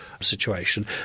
situation